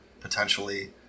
potentially